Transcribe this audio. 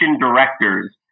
directors